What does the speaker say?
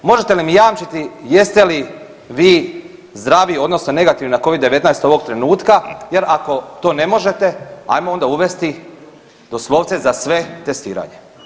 Možete li mi jamčiti jeste li vi zdravi, odnosno negativni na Covid-19 ovog trenutka jer ako to ne možete, ajmo onda uvesti doslovce za sve testiranje.